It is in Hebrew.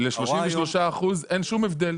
ל-33% אין שום הבדל,